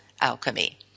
alchemy